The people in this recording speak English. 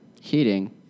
heating